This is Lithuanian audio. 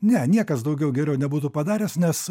ne niekas daugiau geriau nebūtų padaręs nes